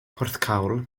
porthcawl